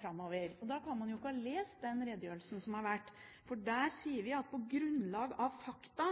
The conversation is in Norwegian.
framover. Da kan man jo ikke ha lest den redegjørelsen som er holdt, for der sier vi at på grunnlag av fakta